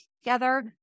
together